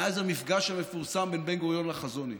מאז המפגש המפורסם בין בן-גוריון לחזון איש.